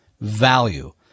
value